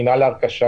מינהל הרכש,